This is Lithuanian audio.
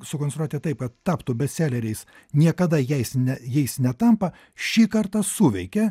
sukonstruoti taip kad taptų bestseleriais niekada jais ne jais netampa šį kartą suveikė